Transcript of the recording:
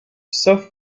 sauf